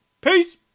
Peace